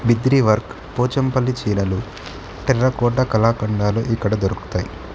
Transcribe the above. Bidri work Pochampally చీరలు ఎర్రకోట కళాఖండాలు ఇక్కడ దొరుకుతాయి